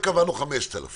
קנס של 5,000